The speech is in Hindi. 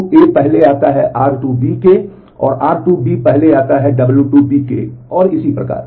r2 पहले आता है w2 के और इसी तरह